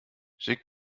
schick